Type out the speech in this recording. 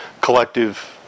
collective